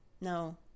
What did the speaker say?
no